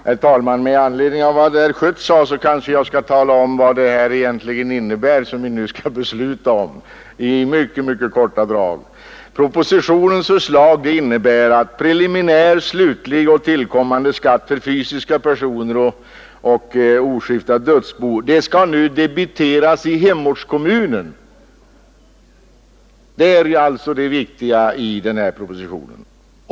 Herr talman! Med anledning av vad herr Schött sade kanske jag skall tala om vad det här egentligen innebär som vi nu skall besluta om — jag skall göra det i mycket korta drag. Propositionens förslag innebär att preliminär, slutlig och tillkommande skatt för fysiska personer och oskiftat dödsbo nu skall debiteras i hemortskommunen oavsett var beskattningsorten är belägen.